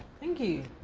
thank you.